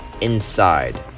inside